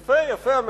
יפה, יפה.